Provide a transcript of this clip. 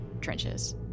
trenches